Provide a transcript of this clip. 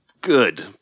good